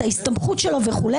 את ההסתבכות שלו וכו',